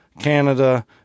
Canada